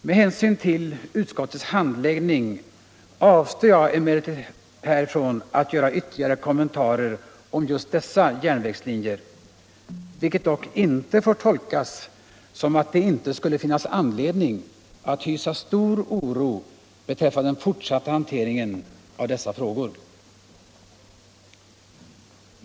Med hänsyn till utskottets handläggning avstår jag emellertid ifrån att här göra ytterligare kommentarer om just dessa järnvägslinjer, vilket dock inte får tolkas som att det inte skulle finnas anledning att hysa stor oro beträffande den fortsatta hanteringen av dessa frågor.